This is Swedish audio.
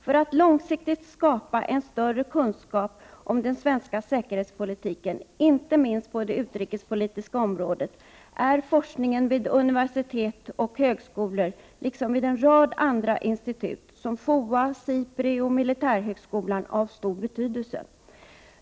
För att långsiktigt skapa en större kunskap om den svenska säkerhetspoliti ken, inte minst på det utrikespolitiska området, är forskningen vid universitet och högskolor liksom vid en rad andra institut som FOA, SIPRI och militärhögskolan av stor betydelse.